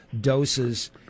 doses